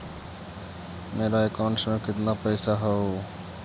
मेरा अकाउंटस में कितना पैसा हउ?